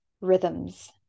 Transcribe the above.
rhythms